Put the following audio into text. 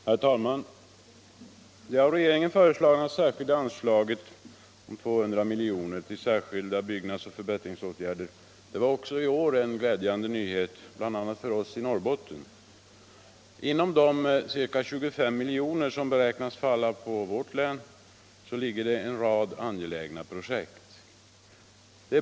Herr talman! Det av regeringen föreslagna särskilda anslaget om 200 milj.kr. till särskilda byggnadsoch förbättringsåtgärder var även i år en glädjande företeelse, bl.a. för Norrbotten. Inom de 25 milj.kr. som beräknats falla på Norrbottens län ryms en rad angelägna projekt.